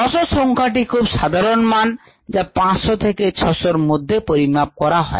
600 সংখ্যাটি খুব সাধারন মান যা 500 থেকে 600 এর মধ্যে পরিমাপ করা হয়